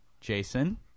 Jason